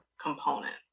component